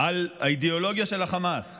על האידיאולוגיה של החמאס,